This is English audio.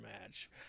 match